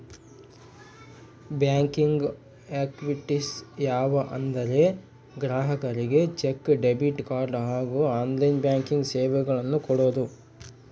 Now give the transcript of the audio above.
banking activities ಯಾವ ಅಂದರೆ ಗ್ರಾಹಕರಿಗೆ ಚೆಕ್, ಡೆಬಿಟ್ ಕಾರ್ಡ್ ಹಾಗೂ ಆನ್ಲೈನ್ ಬ್ಯಾಂಕಿಂಗ್ ಸೇವೆಗಳನ್ನು ಕೊಡೋದು